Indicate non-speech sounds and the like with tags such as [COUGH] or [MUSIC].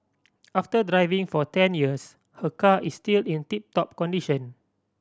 [NOISE] after driving for ten years her car is still in tip top condition